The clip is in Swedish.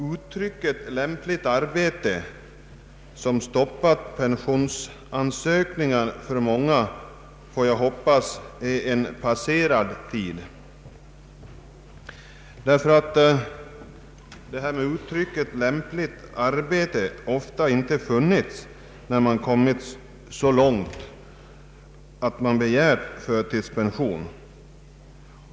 Uttrycket ”lämpligt arbete”, som stoppat många pensionsansökningar, får jag hoppas tillhör en förfluten tid, därför att detta uttryck ofta inte haft någon motsvarighet i verkligheten när man kommit så långt att man begärt förtidspension.